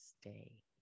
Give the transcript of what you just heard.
stay